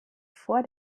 vor